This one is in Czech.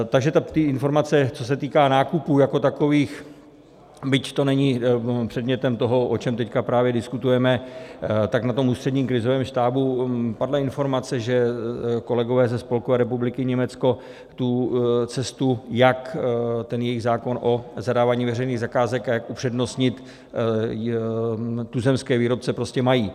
Takže ty informace, co se týká nákupů jako takových, byť to není předmětem toho, o čem právě diskutujeme, tak na Ústředním krizovém štábu padla informace, že kolegové ze Spolkové republiky Německo tu cestu, jak jejich zákon o zadávání veřejných zakázek a jak upřednostnit tuzemské výrobce, prostě mají.